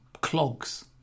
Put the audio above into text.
clogs